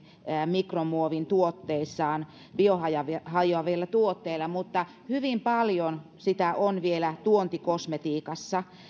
mikromuovin tuotteissaan biohajoavilla biohajoavilla tuotteilla mutta hyvin paljon sitä on vielä tuontikosmetiikassa